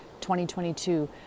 2022